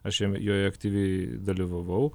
aš jame joje aktyviai dalyvavau